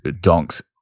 Donk's